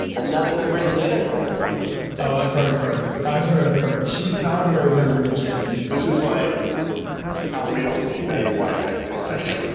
another member of the jenner clan it looks like. oh, i've heard of her. i've heard of her. she's an honorary member of gen z. this is like how we all see betty white i feel like.